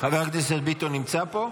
חבר הכנסת ביטון נמצא פה?